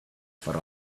for